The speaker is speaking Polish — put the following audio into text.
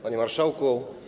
Panie Marszałku!